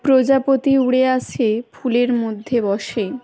প্রজাপতি উড়ে আসে ফুলের মধ্যে বসে